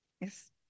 Yes